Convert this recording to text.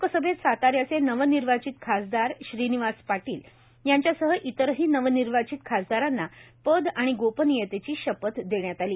लोकसभेत साताऱ्याचे नवनिर्वाचित खासदार श्रीनिवास पाटील यांच्यासह इतरही नवनिर्वाचित खासदारांना पद आणि गोपनीयतेची शपथ देण्यात आली